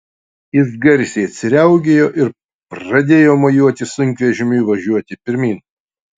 jis garsiai atsiraugėjo ir pradėjo mojuoti sunkvežimiui važiuoti pirmyn